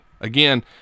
Again